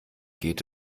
geht